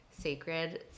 sacred